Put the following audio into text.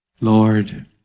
Lord